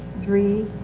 three.